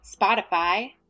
Spotify